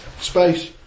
space